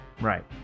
right